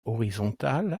horizontale